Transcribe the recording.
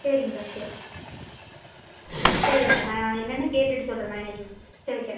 சரிங்க்கா சரி சரிங்க்கா நான் என்னன்னு கேட்டுவிட்டு சொல்கிற மேனெஜ்மென்டில் சரி வைக்குறேன்